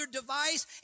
device